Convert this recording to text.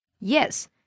Yes